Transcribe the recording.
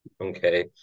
Okay